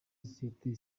sosiyete